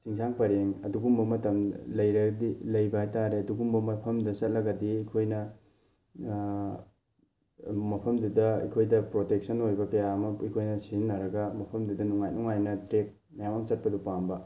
ꯆꯤꯡꯁꯥꯡ ꯄꯔꯦꯡ ꯑꯗꯨꯒꯨꯝꯕ ꯃꯇꯝ ꯂꯩꯔꯗꯤ ꯂꯩꯕ ꯍꯥꯏꯇꯥꯔꯦ ꯑꯗꯨꯒꯨꯝꯕ ꯃꯐꯝꯗ ꯆꯠꯂꯒꯗꯤ ꯑꯩꯈꯣꯏꯅ ꯃꯐꯝꯗꯨꯗ ꯑꯩꯈꯣꯏꯗ ꯄ꯭ꯔꯣꯇꯦꯛꯁꯟ ꯑꯣꯏꯕ ꯀꯌꯥ ꯑꯃ ꯑꯩꯈꯣꯏꯅ ꯁꯤꯖꯤꯟꯅꯔꯒ ꯃꯐꯝꯗꯨꯗ ꯅꯨꯡꯉꯥꯏ ꯅꯨꯡꯉꯥꯏꯅ ꯇ꯭ꯔꯦꯛ ꯃꯌꯥꯝ ꯑꯃ ꯆꯠꯄꯗꯨ ꯄꯥꯝꯕ